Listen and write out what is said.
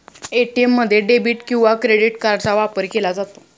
ATM मध्ये debit किंवा credit कार्डचा वापर केला जातो